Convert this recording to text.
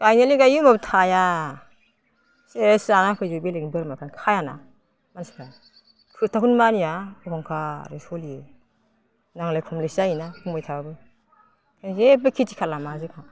गायनायालाय गायो होनबाबो थाया सेस जाना होफैजोबो बेलेगनि बोरमाफ्रा खायाना मानसिफ्रा खोथाखौनो मानिया अहंखारै सोलियो नांलाय खमलायसो जायोना बुंबाय थाबाबो जेबो खेथि खालामा जोंहा